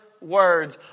words